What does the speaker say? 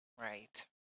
right